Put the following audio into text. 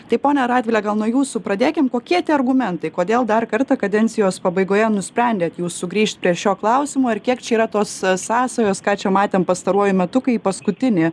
tai ponia radvile gal nuo jūsų pradėkim kokie tie argumentai kodėl dar kartą kadencijos pabaigoje nusprendėt jūs sugrįžt prie šio klausimo ir kiek čia yra tos sąsajos ką čia matėm pastaruoju metu kai į paskutinį